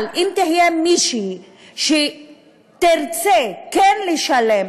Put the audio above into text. אבל אם תהיה מישהי שתרצה כן לשלם,